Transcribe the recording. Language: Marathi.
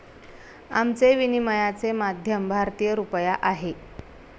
आमचे विनिमयाचे माध्यम भारतीय रुपया आहे